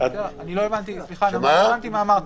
לא הבנתי מה אמרת.